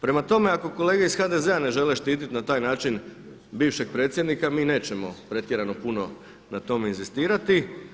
Prema tome, ako kolege iz HDZ-a ne žele štititi na taj način bivšeg predsjednika, mi nećemo pretjerano puno na tome inzistirati.